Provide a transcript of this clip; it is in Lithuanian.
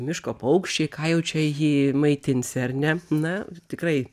miško paukščiai ką jau čia jį maitinsi ar ne na tikrai